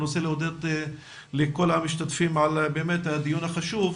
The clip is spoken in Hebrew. אני רוצה להודות לכל המשתתפים על הדיון החשוב.